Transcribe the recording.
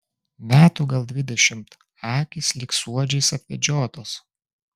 metų gal dvidešimt akys lyg suodžiais apvedžiotos